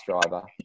driver